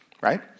right